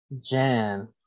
Jan